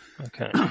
Okay